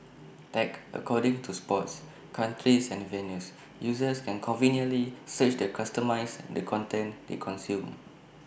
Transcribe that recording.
tagged according to sports countries and venues users can conveniently search the customise the content they consume